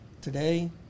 Today